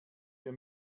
wir